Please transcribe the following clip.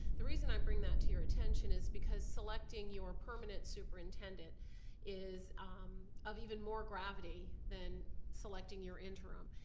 the reason i bring that to your attention is because selecting your permanent superintendent is of even more gravity than selecting your interim.